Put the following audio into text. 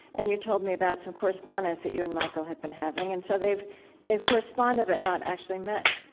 and you told me about some correspondence that you and michael had been having, and so they've they've corresponded, but not actually met.